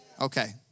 Okay